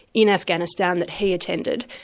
in afghanistan that he attended,